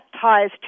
ties